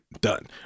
done